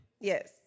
Yes